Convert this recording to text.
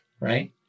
right